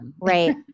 Right